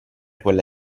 quelle